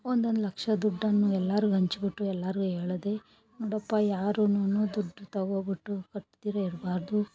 ಒಂದೊಂದು ಲಕ್ಷ ದುಡ್ಡನ್ನು ಎಲ್ಲಾರ್ಗೆ ಹಂಚ್ಬಿಟ್ಟು ಎಲ್ಲಾರಿಗೂ ಹೇಳ್ದೆ ನೋಡಪ್ಪಾ ಯಾರುನು ದುಡ್ಡು ತೊಗೊಬಿಟ್ಟು ಕಟ್ದಿರ ಇರಬಾರ್ದು